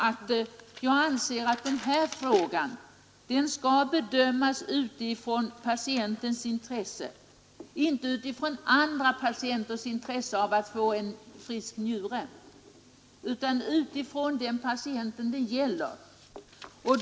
Jag anser, att den här frågan skall bedömas utifrån patientens intresse — inte utifrån andra patienters intresse av att få en frisk njure.